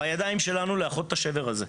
בידיים שלנו לאחות את השבר הזה.